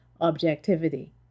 objectivity